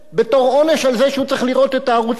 על זה שהוא צריך לראות את הערוץ הראשון בטלוויזיה.